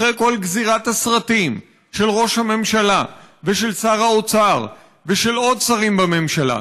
אחרי כל גזירת הסרטים של ראש הממשלה ושל שר האוצר ושל עוד שרים בממשלה,